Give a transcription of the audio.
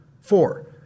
Four